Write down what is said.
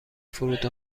فرود